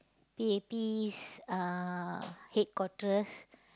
P_A_P's uh headquarters